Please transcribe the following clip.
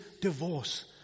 divorce